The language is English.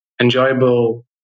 enjoyable